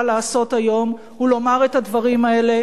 לעשות היום הוא לומר את הדברים האלה,